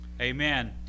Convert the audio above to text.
Amen